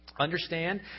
Understand